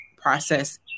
process